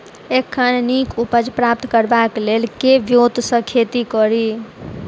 एखन नीक उपज प्राप्त करबाक लेल केँ ब्योंत सऽ खेती कड़ी?